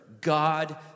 God